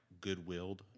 goodwilled